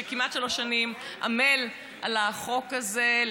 שכמעט שלוש שנים עמל על החוק הזה,